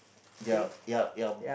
ya ya ya